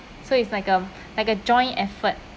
so it's like a like a joint effort